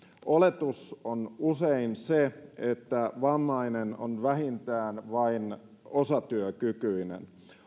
oletus on usein se että vammainen on vähintään vain osatyökykyinen